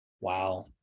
Wow